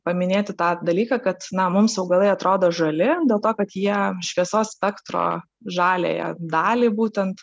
paminėti tą dalyką kad na mums augalai atrodo žali dėl to kad jie šviesos spektro žaliąją dalį būtent